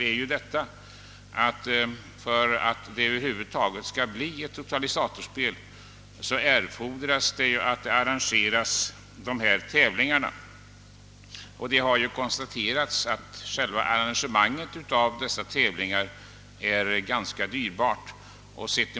För att totalisatorspel över huvud taget skall kunna utövas måste tävlingar arrangeras; Det har konstaterats att arrangemangen av dessa tävlingar är relativt dyrbara.